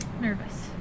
nervous